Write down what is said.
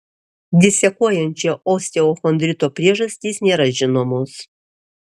disekuojančio osteochondrito priežastys nėra žinomos